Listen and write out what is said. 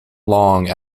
long